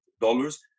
dollars